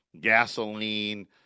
gasoline